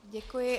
Děkuji.